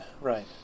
right